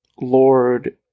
Lord